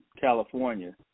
California